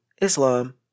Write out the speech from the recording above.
Islam